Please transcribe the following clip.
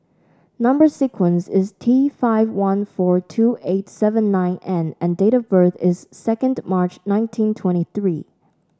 number sequence is T five one four two eight seven nine N and date of birth is second March nineteen twenty three